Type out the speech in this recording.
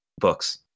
books